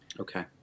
Okay